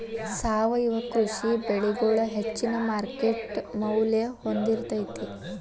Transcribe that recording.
ಸಾವಯವ ಕೃಷಿ ಬೆಳಿಗೊಳ ಹೆಚ್ಚಿನ ಮಾರ್ಕೇಟ್ ಮೌಲ್ಯ ಹೊಂದಿರತೈತಿ